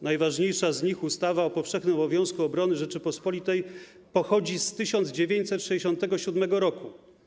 Najważniejsza z nich, tj. ustawa o powszechnym obowiązku obrony Rzeczypospolitej, pochodzi z 1967 r.